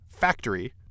Factory